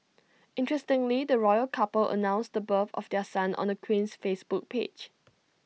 interestingly the royal couple announced the birth of their son on the Queen's Facebook page